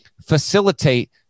facilitate